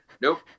Nope